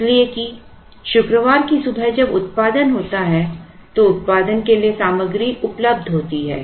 इसलिए कि शुक्रवार की सुबह जब उत्पादन होता है तो उत्पादन के लिए सामग्री उपलब्ध होती है